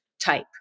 type